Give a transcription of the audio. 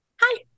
hi